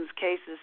cases